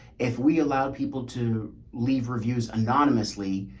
if we allow people to leave reviews anonymously,